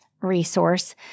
resource